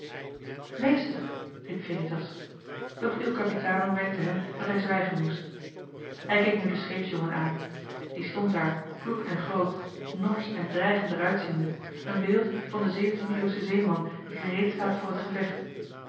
meester riep veritas doch il capitano wenkte hem dat hij zwijgen moest hij keek nu den scheepsjongen aan die stond daar kloek en groot norsch en dreigend er uitziende een beeld van den zeventiende eeuwschen zeeman die gereed staat voor het gevecht